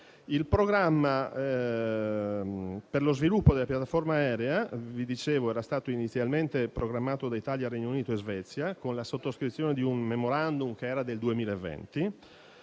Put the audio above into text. Il programma per lo sviluppo della piattaforma aerea era stato inizialmente curato da Italia, Regno Unito e Svezia con la sottoscrizione di un *memorandum* del 2020